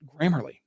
Grammarly